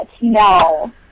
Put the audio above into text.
no